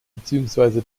beziehungsweise